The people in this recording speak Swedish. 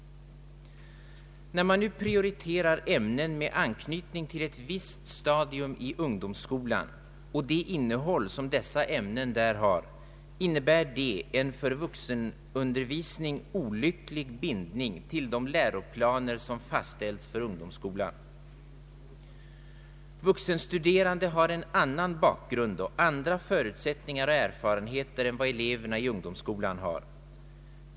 När man nu prioriterar ämnen med anknytning till ett visst stadium i ungdomsskolan och det innehåll som dessa ämnen där har, innebär detta en för vuxenundervisning olycklig bindning till de läroplaner som fastställts för ungdomsskolan. Vuxenstuderande har en annan bakgrund och andra förutsättningar och erfarenheter än vad eleverna i ungdomsskolan har.